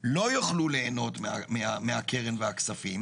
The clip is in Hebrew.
לא יוכלו ליהנות מהקרן והכספים.